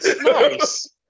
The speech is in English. Nice